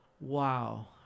wow